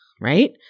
right